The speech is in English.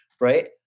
right